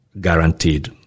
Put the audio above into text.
guaranteed